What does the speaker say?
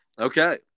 Okay